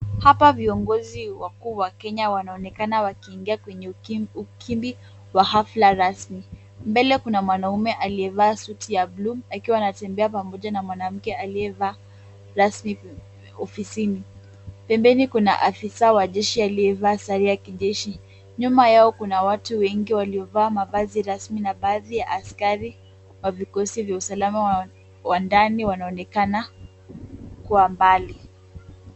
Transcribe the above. Hapa viongozi wakuu wa Kenya wanaonekana wakiingia kwenye ukimbi wa hafla rasmi. Mbele kuna mwanaume aliyevaa suti ya bluu akiwa anatembea pamoja na mwanamke aliyevaa rasmi ofisini. Pembeni kuna afisa wa jeshi aliyevaa sare ya kijeshi; nyuma yao kuna watu wengi waliovaa mavazi rasmi na baadhi ya askari wa vikosi vya usalama wa ndani wanaonekana kwa mbali.